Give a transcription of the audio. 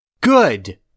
Good